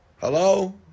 Hello